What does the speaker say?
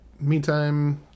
meantime